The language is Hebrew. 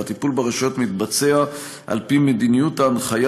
והטיפול ברשויות מתבצע על פי מדיניות ההנחיה